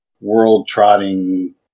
World-trotting